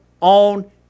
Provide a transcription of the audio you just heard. on